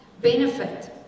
benefit